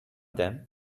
them